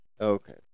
Okay